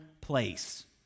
place